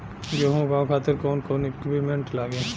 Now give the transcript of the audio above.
गेहूं उगावे खातिर कौन कौन इक्विप्मेंट्स लागी?